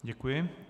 Děkuji.